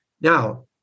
Now